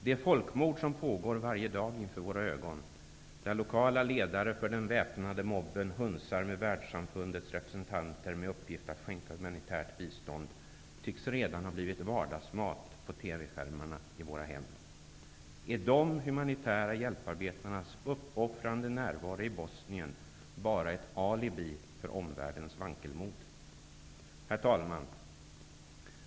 Det folkmord som pågår varje dag inför våra ögon, där lokala ledare inför den väpnade mobben hunsar väldssamfundets representanter med uppgift att skänka humanitärt bistånd, tycks redan ha blivit vardagsmat på TV-skärmarna i våra hem. Är de humanitära hjälparbetarnas uppoffrande närvaro i Bosnien bara ett alibi för omvärldens vankelmod? Herr talman!